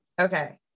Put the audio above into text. Okay